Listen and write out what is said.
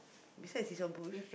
besides is a bush